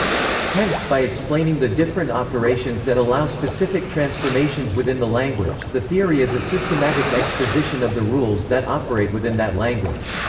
hence, by explaining the different operations that allow specific transformations within the language, the theory is a systematic exposition of the rules that operate within that language.